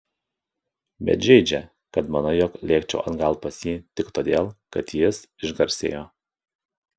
bet žeidžia kad manai jog lėkčiau atgal pas jį tik todėl kad jis išgarsėjo